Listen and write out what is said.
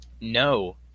no